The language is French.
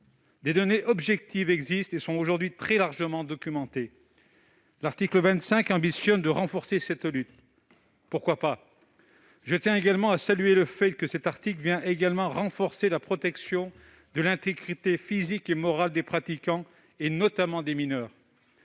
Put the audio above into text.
Des données objectives existent, qui sont désormais très largement documentées. L'article 25 ambitionne de renforcer cette lutte. Pourquoi pas ? Je tiens à saluer le fait qu'il vient également renforcer la protection de l'intégrité physique et morale des pratiquants, notamment des mineurs.